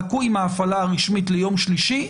חכו עם ההפעלה הרשמית ליום שלישי,